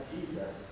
Jesus